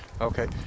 Okay